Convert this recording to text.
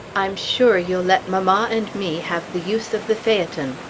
i'm sure you'll let mamma and me have the use of the phaeton.